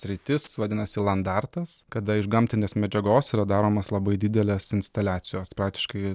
sritis vadinasi landartas kada iš gamtinės medžiagos yra daromos labai didelės instaliacijos praktiškai